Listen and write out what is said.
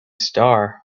star